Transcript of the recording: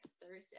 Thursday